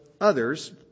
others